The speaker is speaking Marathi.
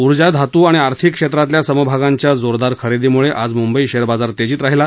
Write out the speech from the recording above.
ऊर्जा धातू आणि आर्थिक क्षेत्रातल्या समभागांच्या जोरदार खरेदीमुळे आज मुंबई शेअर बाजार तेजीत राहिला